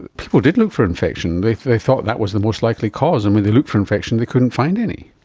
people did look for infection, they they thought that was the most likely cause. and when they looked for infection and they couldn't find any.